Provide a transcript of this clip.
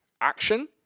action